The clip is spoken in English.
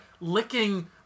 licking